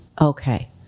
Okay